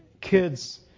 kids